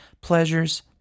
pleasures